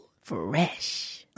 Fresh